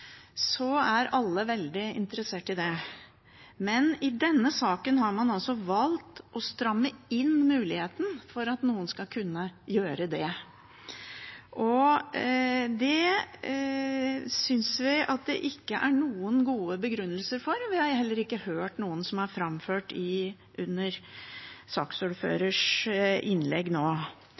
så langt det går – med ærlig, ordentlig arbeid, er alle veldig interessert i det. Men i denne saken har man altså valgt å stramme inn muligheten for at noen skal kunne gjøre det. Det synes vi det ikke er noen gode begrunnelser for, og vi hørte heller ikke noen bli framført i saksordførerens innlegg nå.